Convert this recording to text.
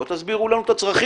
בואו תסבירו לנו את הצרכים.